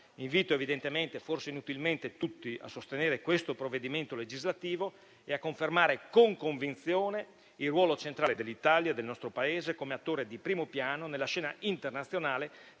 invito tutti (forse inutilmente) a sostenere questo provvedimento legislativo e a confermare con convinzione il ruolo centrale dell'Italia come attore di primo piano nella scena internazionale,